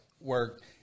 work